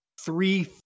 three